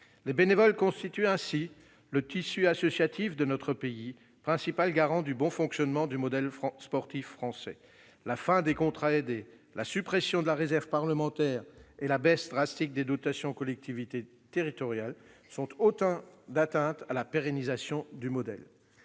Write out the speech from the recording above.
Les bénévoles constituent ainsi le tissu associatif de notre pays, principal garant du bon fonctionnement du modèle sportif français. La fin des contrats aidés, la suppression de la réserve parlementaire et la baisse drastique des dotations aux collectivités territoriales mettent en danger la pérennisation du modèle.